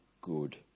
good